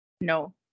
No